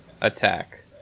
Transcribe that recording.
attack